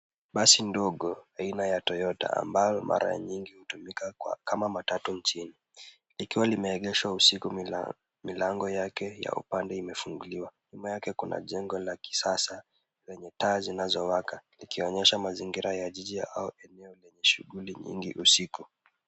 Basi ndogo, aina ya toyota ambayo mara nyingi hutumika kama matatu nchini likiwa limeegeshwa usiku milango yake ya upande imefunguliwa. Nyuma yake kuna jengo la kisasa lenye taa zinazowaka ikionyesha mazingira ya jiji au eneo lenye shughuli nyingi usiku.